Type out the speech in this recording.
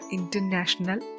International